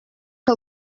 que